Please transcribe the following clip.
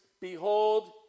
Behold